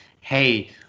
Hey